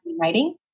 writing